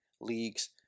leagues